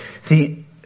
See